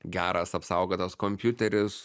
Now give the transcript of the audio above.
geras apsaugotas kompiuteris